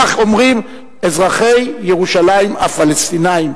כך אומרים אזרחי ירושלים הפלסטינים,